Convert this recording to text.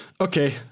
Okay